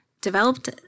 developed